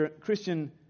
Christian